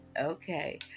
Okay